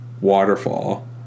waterfall